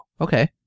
okay